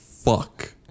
Fuck